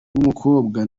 wumukobwa